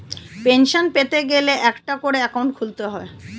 pension পেতে গেলে একটা করে অ্যাকাউন্ট খুলতে হয়